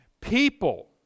people